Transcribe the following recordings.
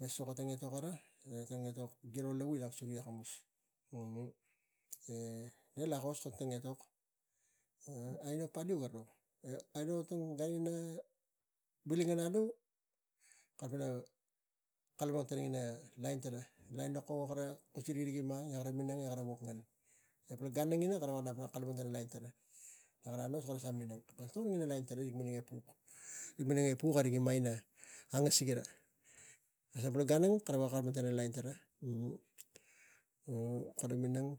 Me suka tang etok gara ne tang etok giro lavui and akamus ne lakos kak tang etok aino paliu garo, aino tang gan ina vili ngen alu, kalapang pana kalapang tana ina lain tara, lain ina kokog, kara kusi rik ma e kara wok ngen e kara minang. E pal gan angina kara veko kalapang tana ina lain tara anos. Kara minang na tung kara lain rik minang e puk, rik minang e puk e rik me angas sira, e lo pal gan ara kara veko kalapang ina lain tara, kara minang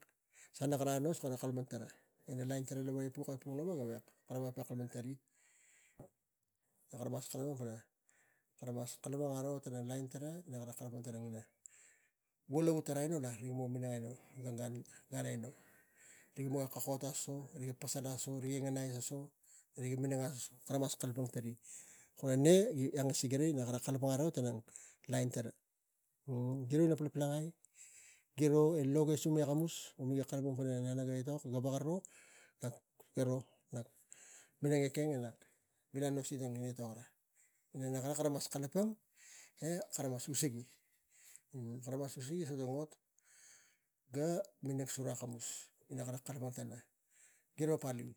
sa na kara anos, kara kalapang tara ina rik minang e puk e puk lava gavek kara veko kalapang tari. E kara mas kalapang pana kara mas kalapang ro ina lain kata, kara tang vo lavu tara lo tang gan aino la, nga mo kokot asasaso, riga pasal asasaso, rik ngen iai asasaso, riga minang asasoso. Kara mas kalapang tani, kule ne gi a ngasig ira ina kalapang pana lain tara. Giro ira polpolangai, giro e loge sumi akamus mik kalapang pana tang etok gaveko ro, gara nak mi nang ekeng e nak vila ai nosi tang etok gara, ina nakara mas e kara mas usigi. Kara mas usigi so tang ot ga minang su ra akamus. E kara kalapang tana. Giro paliu,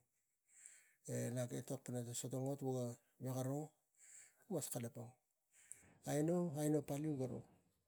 e nak etok pana so tang ot voga veko ro nuk mas kalapang. Aino, aino paliu garo.